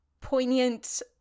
poignant